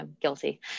guilty